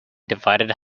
divided